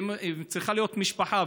צריכה להיות משפחה,